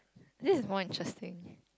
this is more interesting